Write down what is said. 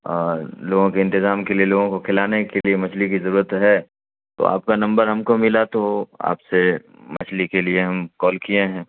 اور لوگوں کے انتظام کے لیے لوگوں کو کھلانے کے لیے مچھلی کی ضرورت ہے تو آپ کا نمبر ہم کو ملا تو آپ سے مچھلی کے لیے ہم کال کیے ہیں